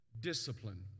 discipline